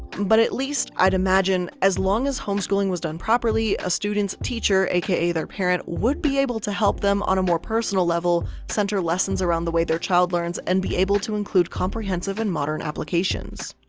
but at least i'd imagine, as long as homeschooling was done properly, a student's teacher aka their parent would be able to help them on a more personal level, center lessons around the way their child learns and be able to include comprehensive and modern applications.